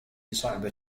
صعبة